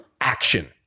action